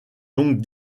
donc